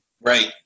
Right